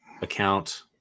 account